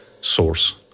source